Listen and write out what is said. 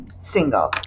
Single